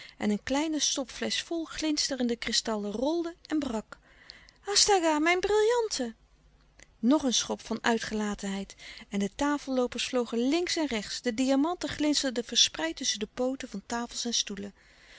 en een kleine stopflesch vol glinsterende kristallen rolde en brak astaga mijn brillanten nog een schop van uitgelatenheid en de tafelloopers vlogen links en rechts de diamanten glinsterden verspreid tusschen de pooten van tafels en stoelen